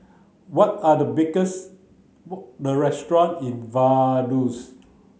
what are the restaurants in Vaduz